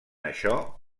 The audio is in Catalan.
això